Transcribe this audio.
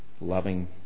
loving